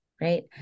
right